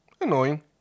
annoying